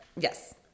Yes